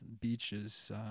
beaches